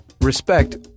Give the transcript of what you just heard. respect